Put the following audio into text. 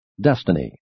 destiny